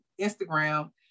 instagram